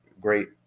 great